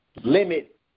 limit